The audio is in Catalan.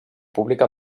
pública